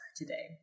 today